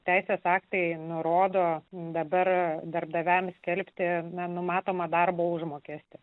teisės aktai nurodo dabar darbdaviams skelbti nenumatoma darbo užmokestis